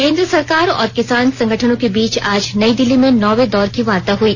केंद्र सरकार और किसान संगठनों के बीच आज नई दिल्ली में नौवें दौर की वार्ता हुई